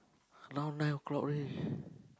now nine o-clock ready